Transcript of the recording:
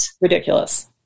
ridiculous